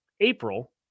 April